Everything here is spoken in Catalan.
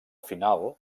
final